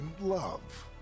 love